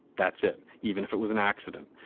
that's it. even if it was an accident.